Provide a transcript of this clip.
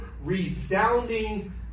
resounding